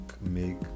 make